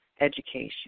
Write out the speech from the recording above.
Education